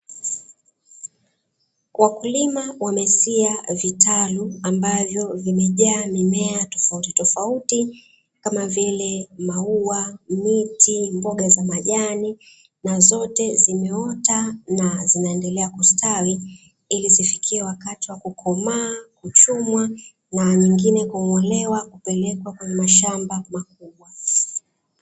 Wakulima wamesia vitalu ambavyo vimejaa mimea tofautitofauti, kama vile maua, miti, mboga za majani, na zote zimeota na zinaendelea kustawi ili zifikie wakati wa kukomaa, kuchumwa na nyingine kung'olewa kupelekwa kwenye mashamba makubwa.